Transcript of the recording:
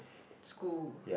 school